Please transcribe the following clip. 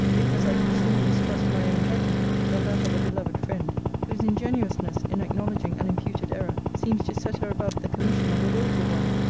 because i could sooner mistrust my own judgment, than that of a beloved friend, whose ingenuousness in acknowledging an imputed error seems to set her above the commission of a wilful one.